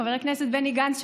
חבר הכנסת בני גנץ,